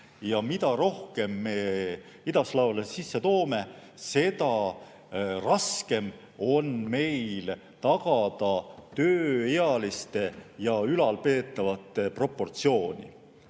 et mida rohkem me idaslaavlasi sisse toome, seda raskem on meil tagada tööealiste ja ülalpeetavate [normaalset]